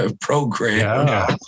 program